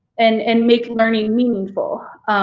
and and make learning meaningful.